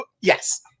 Yes